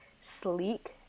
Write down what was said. sleek